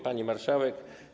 Pani Marszałek!